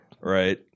Right